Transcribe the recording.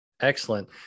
Excellent